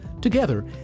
Together